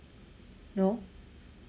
no